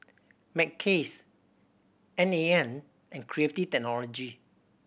Mackays N A N and Creative Technology